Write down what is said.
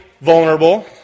vulnerable